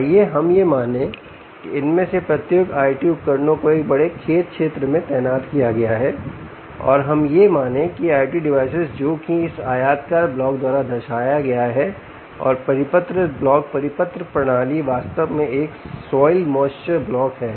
आइए हम यह मानें कि इनमें से प्रत्येक IOT उपकरणों को एक बड़े खेत क्षेत्र में तैनात किया गया है और हम यह माने कि ये IoT डिवाइसेज जोकि इस आयताकार ब्लॉक द्वारा दर्शाया गया है और परिपत्र ब्लॉक परिपत्र प्रणाली वास्तव में एक सॉइल मॉइश्चर ब्लॉक है